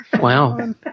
Wow